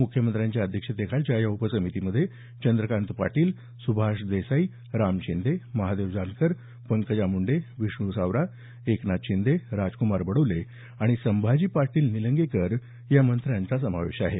मुख्यमंत्र्यांच्या अध्यक्षतेखालच्या या उपसमितीमध्ये चंद्रकांत पाटील सुभाष देसाई राम शिंदे महादेव जानकर पंकजा मुंडे विष्णू सवरा एकनाथ शिंदे राजकुमार बडोले आणि संभाजी पाटील निलंगेकर या मंत्र्यांचा समावेश आहे